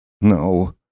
No